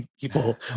people